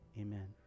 amen